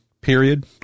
period